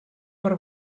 per